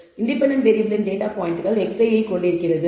independent வேறியபிளின் data பாயிண்ட்கள் xi ஐக் கொண்டிருக்கிறோம்